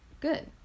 Good